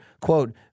quote